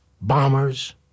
bombers